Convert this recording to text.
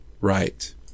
Right